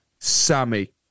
Sammy